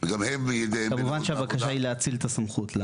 כמובן שהבקשה היא להאציל את הסמכות.